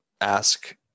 ask